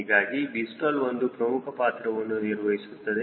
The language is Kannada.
ಹೀಗಾಗಿ Vstall ಒಂದು ಪ್ರಮುಖ ಪಾತ್ರವನ್ನು ನಿರ್ವಹಿಸುತ್ತದೆ